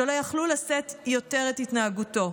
שלא יוכלו לשאת יותר את התנהגותו.